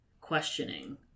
questioning